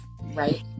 Right